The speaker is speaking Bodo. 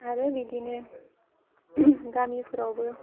आरो बिदिनो गामिफोरावबो